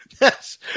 Yes